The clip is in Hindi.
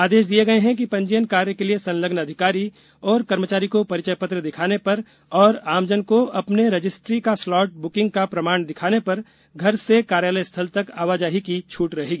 आदेश दिए गए हैं कि पंजीयन कार्य के लिए संलग्न अधिकारी और कर्मचारी को परिचय पत्र दिखाने पर और आमजन को अपने रजिस्ट्री का स्लॉट बुकिंग का प्रमाण दिखाने पर घर से कार्यालय स्थल तक आवाजाही की छूट रहेगी